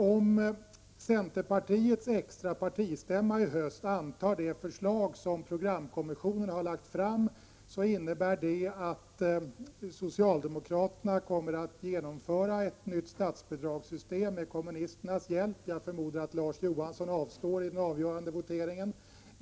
Om centerpartiets extra partistämma i höst antar det förslag som programkommissionen har lagt fram, innebär det att socialdemokraterna med kommunisternas hjälp kommer att införa ett nytt statsbidragssystem. Jag förmodar att Larz Johansson avstår från att rösta vid den avgörande voteringen.